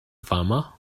farmer